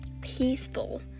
peaceful